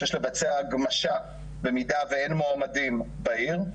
שיש לבצע הגמשה במידה ואין מועמדים בעיר.